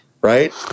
right